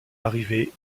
arrivée